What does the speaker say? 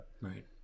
Right